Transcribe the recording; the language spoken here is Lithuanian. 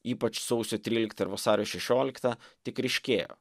ypač sausio tryliktą ir vasario šešioliktą tik ryškėjo